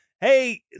Hey